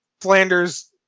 Flanders